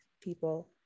people